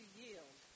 yield